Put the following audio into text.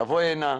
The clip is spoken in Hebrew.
תבוא הנה,